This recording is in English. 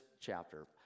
chapter